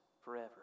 forever